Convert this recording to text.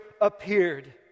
appeared